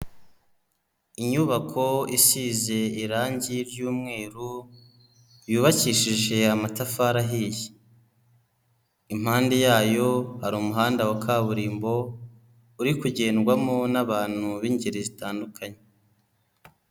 Inyubako isize irangi ry'umweru, yubakishije amatafari ahiye, impande yayo hari umuhanda wa kaburimbo uri kugendwamo n'abantu b'ingeri zitandukanye.